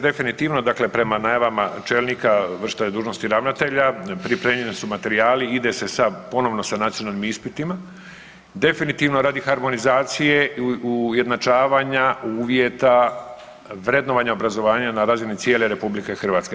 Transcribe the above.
Definitivno, dakle prema najavama čelnika vršitelja dužnosti ravnatelja pripremljeni su materijali, ide se ponovno sa nacionalnim ispitima, definitivno radi harmonizacije i ujednačavanja uvjeta vrednovanja obrazovanja na razini cijele RH.